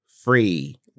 Free